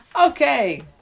Okay